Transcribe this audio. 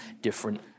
different